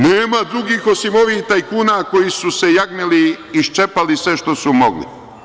Nema drugih osim ovih tajkuna koji su se jagmili i ščepali sve što su mogli.